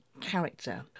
character